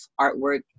artwork